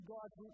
God's